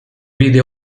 vide